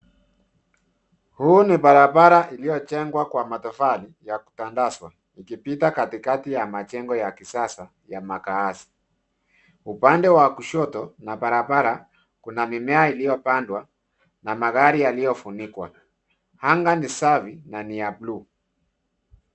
Huu ni barabara iliojengwa kwa matofali ya kutandazwa ikipita katikati ya majengo ya kisasa ya makaazi. Upande wa kushoto na barabara kuna mimea iliyopandwa na magari yaliyofunikwa. Anga ni safi na ni ya buluu.